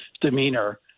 demeanor